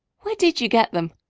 where did you get them?